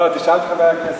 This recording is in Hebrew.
לא, תשאל את חברי הכנסת.